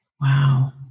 wow